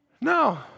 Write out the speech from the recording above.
No